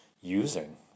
using